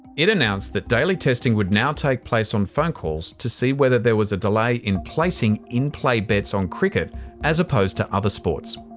it announced that daily testing would now take place on phone calls to see whether there was a delay in placing in-play bets on cricket as opposed to other sports.